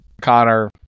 connor